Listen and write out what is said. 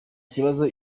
kibazo